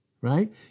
right